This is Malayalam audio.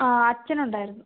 ആ അച്ഛനുണ്ടായിരുന്നു